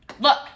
look